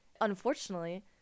Unfortunately